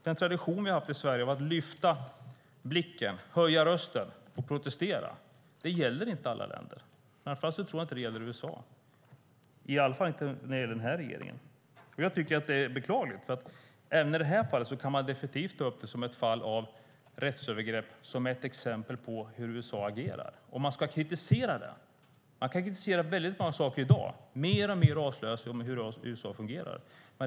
Den tradition vi har haft i Sverige av att lyfta blicken, höja rösten och protestera gäller inte alla länder. I alla fall gäller det inte USA och denna regering. Det är beklagligt, för man kan ta upp även detta fall av rättsövergrepp som ett exempel på hur USA agerar, och man ska kritisera det. Man kan kritisera mycket i dag. Mer och mer avslöjas om hur USA fungerar.